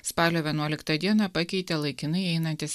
spalio vienuoliktą dieną pakeitė laikinai einantis